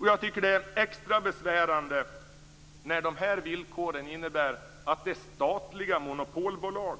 Jag tycker att det är extra besvärande när de här villkoren innebär att det är statliga monopolbolag